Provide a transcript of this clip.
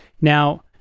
now